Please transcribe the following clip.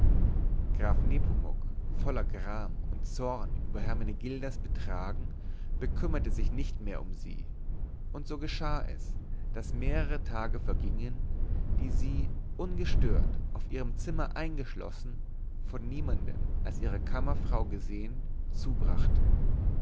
graf nepomuk voller gram und zorn über hermenegildas betragen bekümmerte sich nicht mehr um sie und so geschah es daß mehrere tage vergingen die sie ungestört auf ihrem zimmer eingeschlossen von niemanden als ihrer kammerfrau gesehen zubrachte